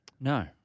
No